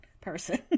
person